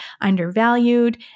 undervalued